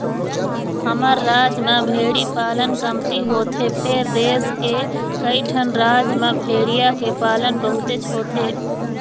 हमर राज म भेड़ी पालन कमती होथे फेर देश के कइठन राज म भेड़िया के पालन बहुतेच होथे